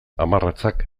hamarratzak